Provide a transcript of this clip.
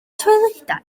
toiledau